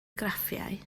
graffiau